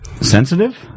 Sensitive